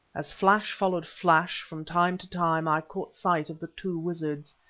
as flash followed flash, from time to time i caught sight of the two wizards.